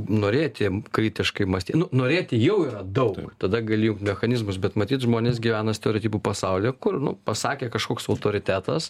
norėti kritiškai mąstyt nu norėti jau yra dau tada gali įjungt mechanizmus bet matyt žmonės gyvena stereotipų pasaulyje kur nu pasakė kažkoks autoritetas